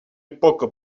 époque